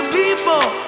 people